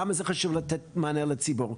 למה חשוב לתת מענה לציבור.